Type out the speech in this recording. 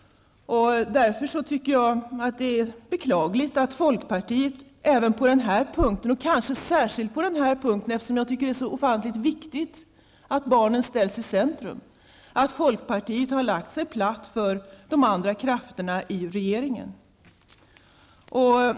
Jag tycker att det är beklagligt att folkpartiet även på den här punkten -- och kanske särskilt på den, eftersom jag tycker att det är så ofantligt viktigt att barnen ställs i centrum -- har lagt sig platt för de andra krafterna i regeringen.